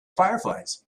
fireflies